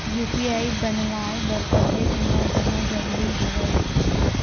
UPI बनवाय बर कतेक उमर होना जरूरी हवय?